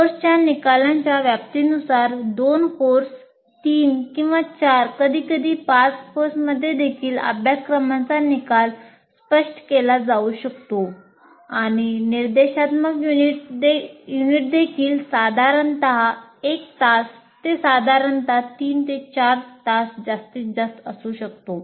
कोर्सच्या निकालाच्या व्याप्तीनुसार 2 कोर्स 3 किंवा 4 कधीकधी 5 मध्ये देखील अभ्यासक्रमाचा निकाल स्पष्ट केला जाऊ शकतो आणि निर्देशात्मक युनिटदेखील साधारणत 1 तास ते साधारणत 3 ते 4 तास जास्तीत जास्त असू शकतो